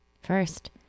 First